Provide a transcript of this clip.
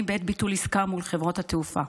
בעת ביטול עסקה מול חברות התעופה.